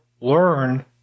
learn